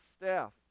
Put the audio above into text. staff